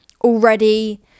already